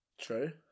True